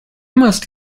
must